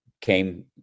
came